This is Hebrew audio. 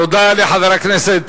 דודו, תודה לחבר הכנסת